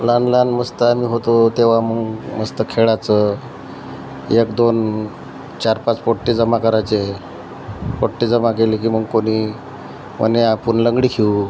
लहान लहान मस्त आम्ही होतो तेव्हा मग मस्त खेळायचं एक दोन चार पाच पोट्टे जमा करायचे पोट्टे जमा केले की मग कोणी कोणी आपण लंगडी खेळू